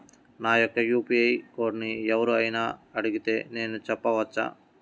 నా యొక్క యూ.పీ.ఐ కోడ్ని ఎవరు అయినా అడిగితే నేను చెప్పవచ్చా?